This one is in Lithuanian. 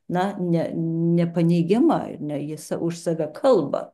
na ne nepaneigiama ar ne ji už save kalba